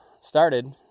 started